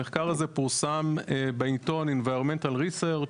המחקר הזה פורסם בעיתון environmental research,